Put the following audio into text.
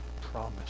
promise